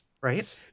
Right